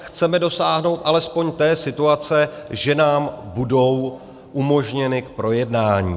Chceme ale dosáhnout alespoň té situace, že nám budou umožněny k projednání.